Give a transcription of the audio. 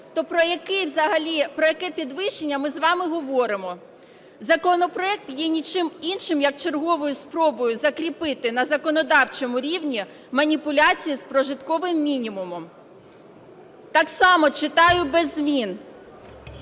Про яке підвищення ми з вами говоримо? Законопроект є нічим іншим, як черговою спробою закріпити на законодавчому рівні маніпуляції з прожитковим мінімумом. Так само читаю без змін: